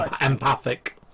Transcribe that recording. empathic